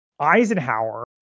Eisenhower